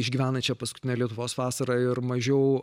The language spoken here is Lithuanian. išgyvenančią paskutinę lietuvos vasarą ir mažiau